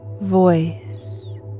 voice